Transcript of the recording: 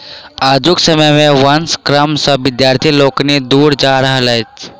आजुक समय मे वंश कर्म सॅ विद्यार्थी लोकनि दूर जा रहल छथि